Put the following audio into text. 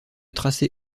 tracée